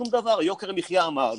שום דבר, יוקר מחיה אמרנו.